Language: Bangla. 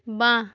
বাঁ